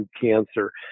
cancer